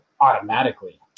automatically